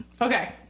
Okay